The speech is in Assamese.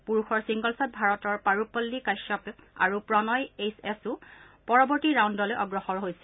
পুৰুষৰ ছিংগলছত ভাৰতৰ পাৰুপল্লী কাশ্যপ আৰু প্ৰণয় এইছ এছো পৰৱৰ্তী ৰাউণ্ডলৈ অগ্ৰসৰ হৈছে